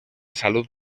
salut